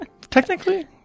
Technically